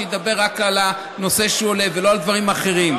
שידבר רק על הנושא שלגביו הוא עולה ולא על דברים אחרים.